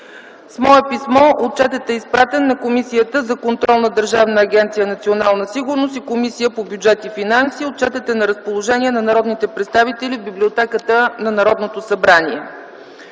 С мое писмо отчетът е изпратен на Комисията за контрол на Държавна агенция „Национална сигурност” и Комисията по бюджет и финанси. Отчетът е на разположение на народните представители в Библиотеката на Народното събрание.